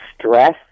Stress